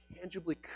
tangibly